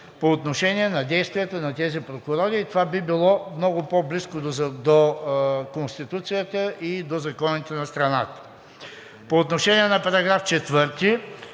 по отношение на действията на тези прокурори и това би било много по-близко до Конституцията и до законите на страната. По отношение на § 4